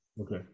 Okay